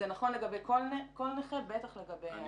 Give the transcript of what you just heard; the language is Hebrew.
זה נכון לגבי כל נכה, בטח לגבי הלום קרב.